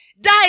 Die